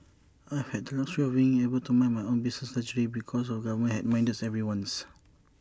I've had the luxury of being able to mind my own business largely because the government had minded everyone's